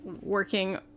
working